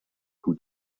who